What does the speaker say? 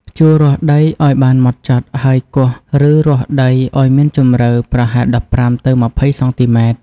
ភ្ជួររាស់ដីឱ្យបានហ្មត់ចត់ ហើយគាស់ឬរាស់ដីឱ្យមានជម្រៅប្រហែល ១៥ ទៅ ២០ សង់ទីម៉ែត្រ។